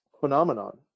phenomenon